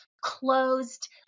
closed